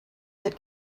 that